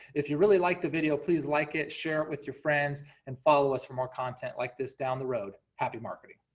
if you really liked the video, please like it, share it with your friends, and follow us for more content like this down the road, happy marketing.